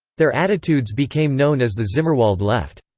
their attitudes became known as the zimmerwald left.